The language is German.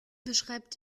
beschreibt